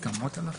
טוב.